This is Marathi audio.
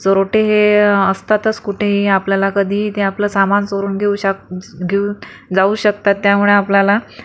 चोरटे हे असतात कुठेही आपल्याला कधीही ते आपलं सामान चोरून घेऊ शक घेऊन जाऊ शकतात त्यामुळे आपल्याला